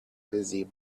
busy